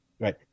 right